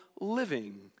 living